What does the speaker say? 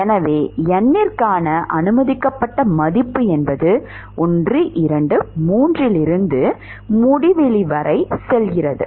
எனவே n க்கான அனுமதிக்கப்பட்ட மதிப்பு 1 2 3 இலிருந்து முடிவிலி வரை செல்கிறது